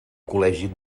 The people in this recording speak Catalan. col·legi